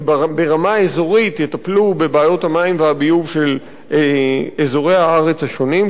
שברמה אזורית יטפלו בבעיות המים והביוב של אזורי הארץ השונים.